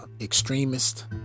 Extremist